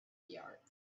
yards